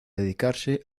dedicarse